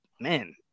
man